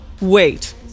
wait